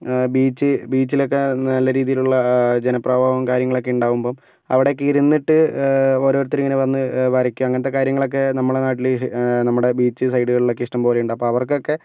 beach ബീച്ചിലൊക്കെ നല്ല രീതിയിലുള്ള ജനപ്രവാഹവും കാര്യങ്ങളൊക്കെ ഉണ്ടാകുമ്പം അവിടെയൊക്കെ ഇരുന്നിട്ട് ഓരോരുത്തർ ഇങ്ങനെ വന്ന് വരക്കും അങ്ങനത്തെ കാര്യങ്ങളൊക്കെ നമ്മുടെ നാട്ടിൽ നമ്മുടെ ബീച്ച് സൈഡുകളിലൊക്കെ ഇഷ്ടം പോലെയുണ്ട് അപ്പോൾ അവർക്കൊക്കെ